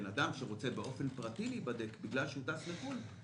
בן אדם שרוצה באופן פרטי להיבדק בגלל שהוא טס לחו"ל,